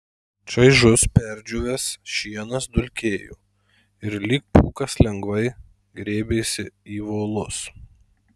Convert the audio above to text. čaižus perdžiūvęs šienas dulkėjo ir lyg pūkas lengvai grėbėsi į volus